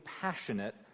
passionate